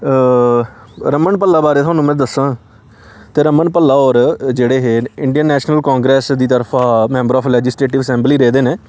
रमन भल्ला बारे च थआनूं में दस्सां ते रमन भल्ला होर जेह्ड़े हे इंडियन नेशनल कांग्रेस दी तरफा मैंबर ऑफ लैजिस्ट्रेटिव असैंबली रेह्दे न